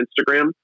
Instagram